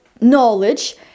knowledge